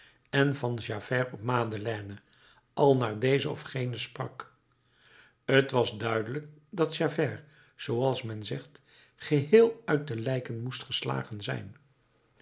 en van javert op madeleine al naar deze of gene sprak t was duidelijk dat javert zooals men zegt geheel uit de lijken moest geslagen zijn